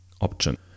option